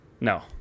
No